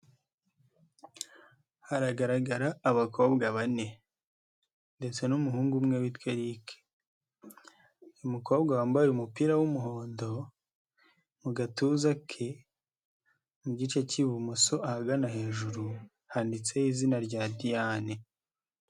Haragaragara abakobwa bane ndetse n'umuhungu umwe witwa Eric. Umukobwa wambaye umupira w'umuhondo mu gatuza ke mu gice cy'ibumoso ahagana hejuru, handitseho izina rya Diane.